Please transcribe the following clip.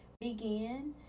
begin